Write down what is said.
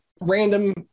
random